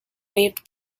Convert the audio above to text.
waived